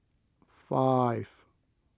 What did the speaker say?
five